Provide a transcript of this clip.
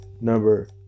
number